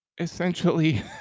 Essentially